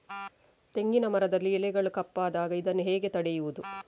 ತೆಂಗಿನ ಮರದಲ್ಲಿ ಎಲೆಗಳು ಕಪ್ಪಾದಾಗ ಇದನ್ನು ಹೇಗೆ ತಡೆಯುವುದು?